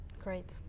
Great